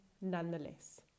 nonetheless